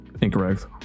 incorrect